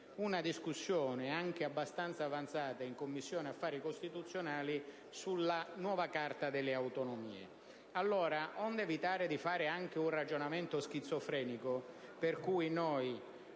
una discussione abbastanza avanzata in Commissione affari costituzionali sulla nuova Carta delle autonomie. Allora, evitiamo di fare un'operazione schizofrenica per cui,